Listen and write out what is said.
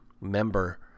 member